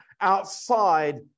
outside